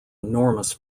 enormous